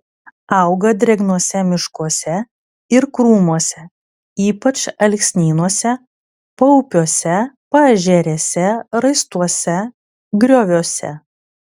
auga drėgnuose miškuose ir krūmuose ypač alksnynuose paupiuose paežerėse raistuose grioviuose